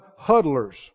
huddlers